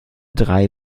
drei